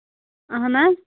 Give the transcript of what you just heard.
اَہَن حظ